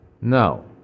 No